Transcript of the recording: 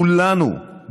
כולנו,